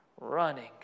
running